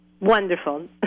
Wonderful